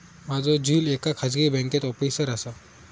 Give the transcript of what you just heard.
माझो झिल एका खाजगी बँकेत ऑफिसर असा